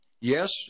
Yes